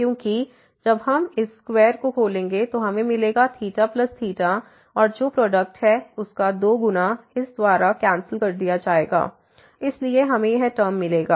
क्योंकि जब हम इस स्क्वेयर को खोलेंगे तो हमें मिलेगा और जो प्रोडक्ट है उसका 2 गुना इस द्वारा कैंसिल कर दिया जाएगा इसलिए हमें यह टर्म मिलेगा